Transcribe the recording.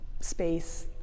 space